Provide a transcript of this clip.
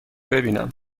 ببینم